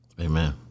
Amen